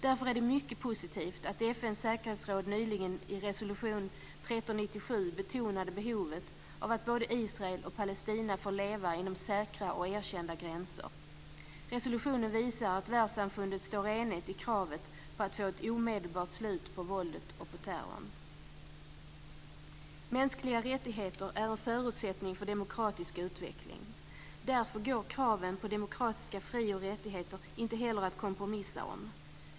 Därför är det mycket positivt att FN:s säkerhetsråd nyligen i resolution 1397 betonade behovet av att både Israel och Palestina får leva inom säkra och erkända gränser. Resolutionen visar att världssamfundet står enigt i kravet på att få ett omedelbart slut på våldet och på terrorn. Mänskliga rättigheter är en förutsättning för demokratisk utveckling. Därför går kraven på demokratiska fri och rättigheter inte heller att kompromissa om.